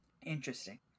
interesting